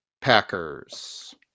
Packers